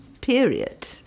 period